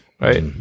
right